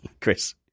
Chris